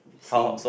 seeing